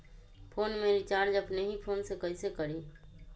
Phone में recharge अपने ही फ़ोन से कईसे करी?